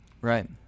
Right